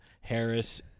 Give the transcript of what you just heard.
Harris